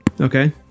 Okay